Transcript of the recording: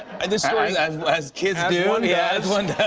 and this story as as kids do. and yeah as one